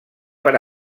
per